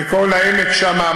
וכל העמק שם,